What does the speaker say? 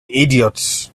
idiot